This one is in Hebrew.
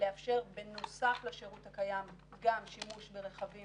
לאפשר בנוסף לשירות הקיים גם שימוש ברכבים